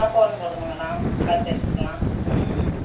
ஆ phone போடுங்க madam பார்த்து எடுத்துக்கலாம் ம்